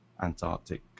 antarctic